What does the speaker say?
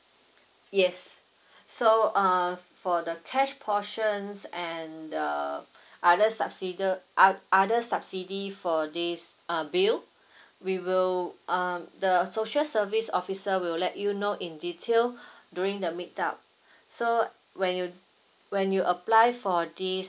yes so uh for the cash portions and the other subsider other other subsidy for this uh bill we will um the social service officer will let you know in detail during the meet up so when you when you apply for this